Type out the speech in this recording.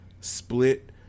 split